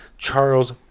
Charles